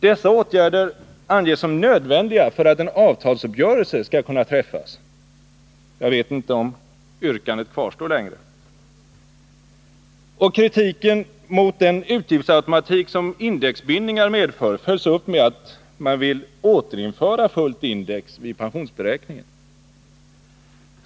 Dessa åtgärder anges som nödvändiga för att en avtalsuppgörelse skall kunna träffas — jag vet inte om yrkandet kvarstår längre. Och kritiken mot den utgiftsautomatik som indexbindningar medför följs upp med att man vill återinföra fullt index vid pensionsberäkningen.